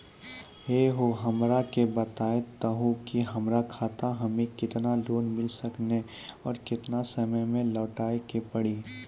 है हो हमरा के बता दहु की हमार खाता हम्मे केतना लोन मिल सकने और केतना समय मैं लौटाए के पड़ी?